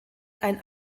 ein